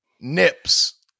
Nips